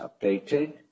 updated